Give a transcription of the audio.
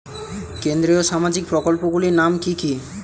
কেন্দ্রীয় সামাজিক প্রকল্পগুলি নাম কি কি?